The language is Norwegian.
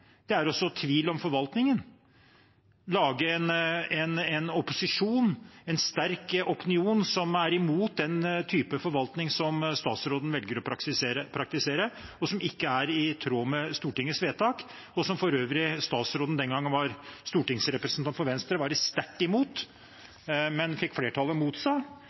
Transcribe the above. er å så tvil om forvaltningen, lage en opposisjon, en sterk opinion, som er imot den typen forvaltning som statsråden velger å praktisere, og som ikke er i tråd med Stortingets vedtak, som for øvrig statsråden, den gang han var stortingsrepresentant for Venstre, var sterkt imot. Men han fikk flertallet